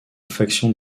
faction